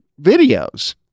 videos